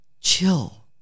chill